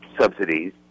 subsidies